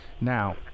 Now